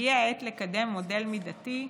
הגיעה העת לקדם מודל מידתי,